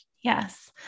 Yes